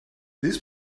this